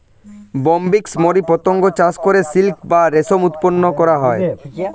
Bombyx mori পতঙ্গ চাষ করে সিল্ক বা রেশম উৎপন্ন করা হয়